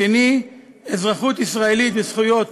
השני, אזרחות ישראלית וזכויות